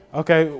okay